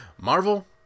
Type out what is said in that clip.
Marvel